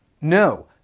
No